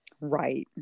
Right